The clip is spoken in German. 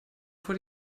vor